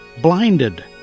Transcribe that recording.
Blinded